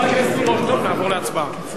טוב, נעבור להצבעה.